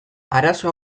arazo